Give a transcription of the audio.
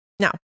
Now